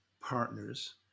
partners